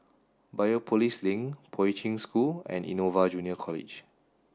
Biopolis Link Poi Ching School and Innova Junior College